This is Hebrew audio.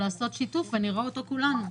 לעשות שיתוף ונראה אותו כולנו.